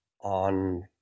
on